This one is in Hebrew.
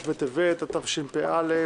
בקשת הממשלה להקדמת הדיון בהצעות החוק הבאות, בכל